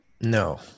No